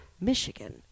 Michigan